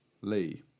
Lee